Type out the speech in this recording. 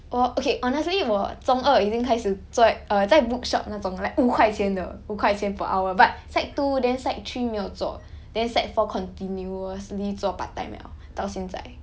我 okay honestly 我中二已经开始做在 err 在 bookshop 那种 like 五块钱的五块钱 per hour but sec two then sec three 没有做 then sec four continuously 做 part time liao 到现在